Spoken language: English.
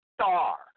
star